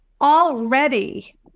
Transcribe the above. already